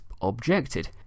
objected